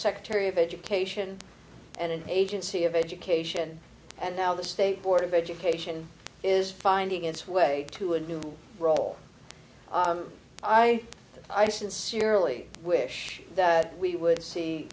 secretary of education and an agency of education and now the state board of education is finding its way to a new role i i sincerely wish that we would see